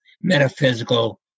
metaphysical